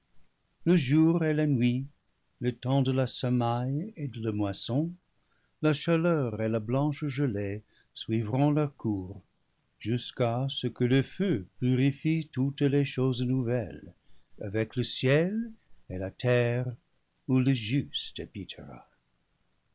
le jour et la nuit le temps de la semaille et de la moisson la chaleur et la blanche gelée suivront leur cours jusqu'à ce que le feu purifie toutes les choses nouvelles avec le ciel et la terre où le juste